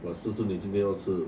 but 是不是你今天要吃